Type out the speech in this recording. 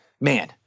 man